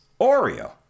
Oreo